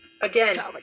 again